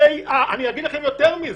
אני אגיד לכם יותר מזה: